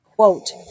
Quote